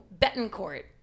Betancourt